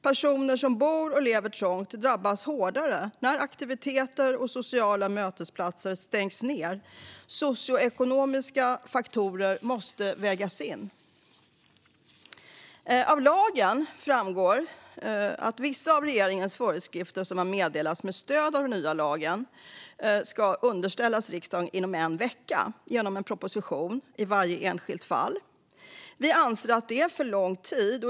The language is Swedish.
Personer som bor och lever trångt drabbas hårdare när aktiviteter och sociala mötesplatser stängs. Socioekonomiska faktorer måste vägas in. Av lagen framgår att vissa av regeringens föreskrifter som har meddelats med stöd av den nya lagen ska underställas riksdagen inom en vecka genom en proposition i varje enskilt fall. Vi anser att det är för lång tid.